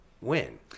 win